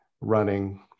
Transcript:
running